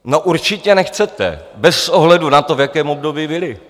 No, určitě nechcete, bez ohledu na to, v jakém období byly.